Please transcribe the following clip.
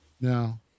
Now